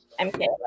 Okay